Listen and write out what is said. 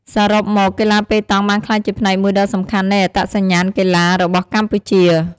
សរុបមក កីឡាប៉េតង់បានក្លាយជាផ្នែកមួយដ៏សំខាន់នៃអត្តសញ្ញាណកីឡារបស់កម្ពុជា។